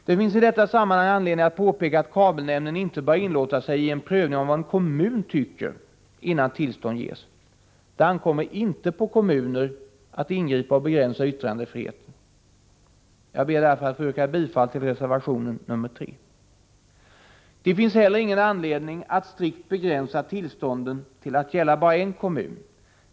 Det finns i detta sammanhang anledning att påpeka att kabelnämnden inte bör inlåta sig i en prövning om vad en kommun tycker innan tillstånd ges. Det ankommer inte på kommuner att ingripa i och begränsa yttrandefriheten. Jag ber därför att få yrka bifall till reservation nr 3. Det finns heller ingen anledning att strikt begränsa tillstånden till att gälla bara en kommun.